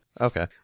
Okay